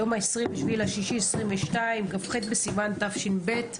היום ה-27 ביוני 2022, כ"ח בסיון תשפ"ב.